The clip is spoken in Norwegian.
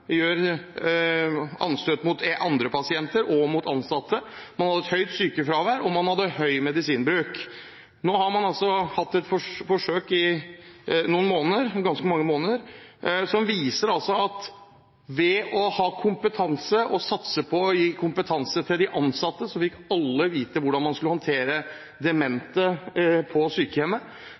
mot andre pasienter og mot ansatte. Man hadde høyt sykefravær, og man hadde høy medisinbruk. Nå har man altså hatt et forsøk i noen måneder – i ganske mange måneder – som viser at ved å satse på å gi kompetanse til de ansatte fikk alle vite hvordan man skulle håndtere demente på sykehjemmet.